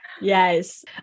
Yes